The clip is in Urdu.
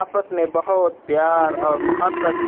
آپس میں بہت پیار اور محبت